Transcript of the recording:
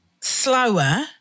slower